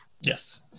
Yes